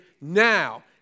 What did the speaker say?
Now